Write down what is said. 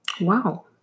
Wow